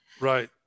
Right